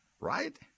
right